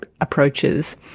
approaches